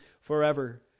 forever